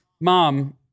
mom